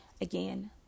Again